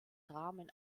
rahmen